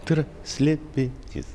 tai yra slė pi nys